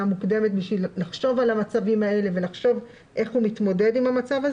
מוקדמת בשביל לחשוב על המצבים האלה ולחשוב איך הוא מתמודד איתם.